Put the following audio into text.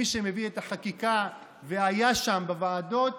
מי שמביא את החקיקה ושהיה שם בוועדות